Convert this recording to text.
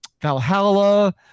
Valhalla